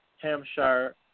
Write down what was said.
Hampshire